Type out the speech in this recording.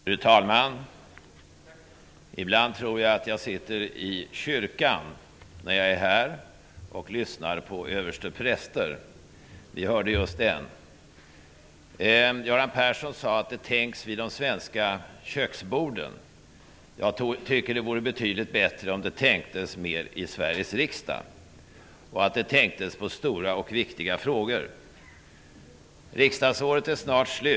Fru talman! Ibland tror jag att jag sitter i kyrkan och lyssnar på överstepräster när jag är här. Vi hörde nyss en. Göran Persson sade att det tänks vid de svenska köksborden. Det vore betydligt bättre om det tänktes mer i Sveriges riksdag och att det tänktes på stora och viktiga frågor. Riksdagsåret är snart slut.